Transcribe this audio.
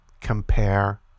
compare